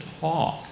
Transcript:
talk